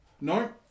No